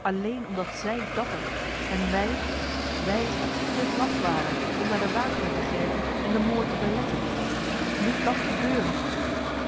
alleen omdat zij dapper en wij wij te laf waren om naar de wapenen te grijpen en den moord te beletten moet dat gebeuren